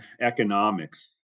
economics